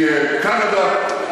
מקנדה,